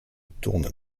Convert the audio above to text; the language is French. tourne